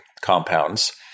compounds